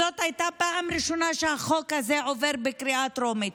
זאת הייתה פעם ראשונה שהחוק הזה עבר בקריאה הטרומית.